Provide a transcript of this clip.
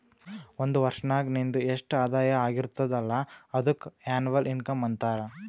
ಒಂದ್ ವರ್ಷನಾಗ್ ನಿಂದು ಎಸ್ಟ್ ಆದಾಯ ಆಗಿರ್ತುದ್ ಅಲ್ಲ ಅದುಕ್ಕ ಎನ್ನವಲ್ ಇನ್ಕಮ್ ಅಂತಾರ